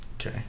Okay